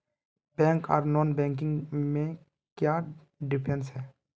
Bank आर non banking में क्याँ डिफरेंस है?